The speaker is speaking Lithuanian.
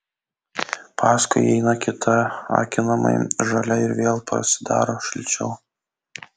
paskui įeina kita akinamai žalia ir vėl pasidaro šilčiau